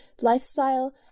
lifestyle